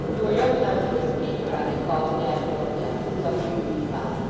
you are young enough to escape what i may call a natural death for some years to come.